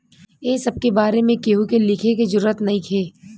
ए सब के बारे में केहू के लिखे के जरूरत नइखे